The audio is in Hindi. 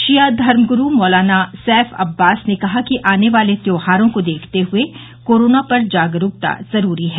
शिया धर्म गुरू मौलाना सैफ अब्बास ने कहा कि आने वाले त्योहारों को देखते हुए कोरोना पर जागरूकता जरूरी है